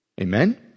Amen